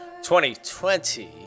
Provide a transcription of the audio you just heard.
2020